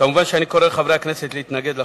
מובן שאני קורא לחברי הכנסת להתנגד לחוק,